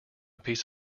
piece